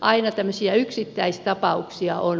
aina tämmöisiä yksittäistapauksia on